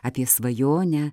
apie svajonę